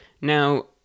Now